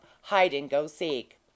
hide-and-go-seek